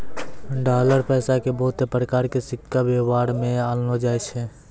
dollar पैसा के बहुते प्रकार के सिक्का वेवहार मे आनलो जाय छै